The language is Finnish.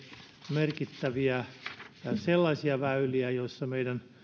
merkittäviä väyliä joissa meidän